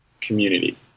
community